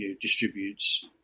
distributes